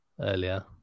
earlier